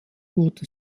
wurde